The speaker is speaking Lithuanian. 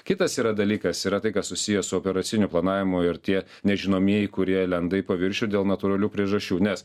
kitas yra dalykas yra tai kas susiję su operaciniu planavimu ir tie nežinomieji kurie lenda į paviršių dėl natūralių priežasčių nes